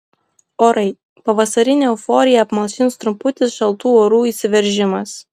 orai pavasarinę euforiją apmalšins trumputis šaltų orų įsiveržimas